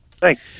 Thanks